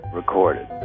recorded